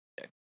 Okay